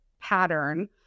pattern